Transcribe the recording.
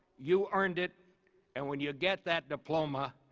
you earned it and when you get that diploma,